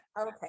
Okay